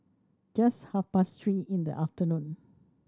just half past three in the afternoon